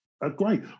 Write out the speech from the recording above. great